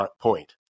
point